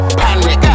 panic